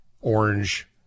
orange